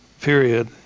period